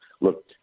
Look